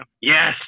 yes